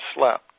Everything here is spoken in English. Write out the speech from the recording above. slept